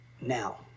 now